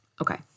Okay